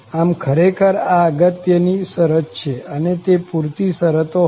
આમ ખરેખર આ અગત્ય ની શરત છે અને તે પુરતી શરતો હતી